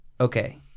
Okay